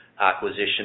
acquisition